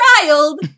child